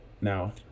now